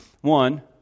One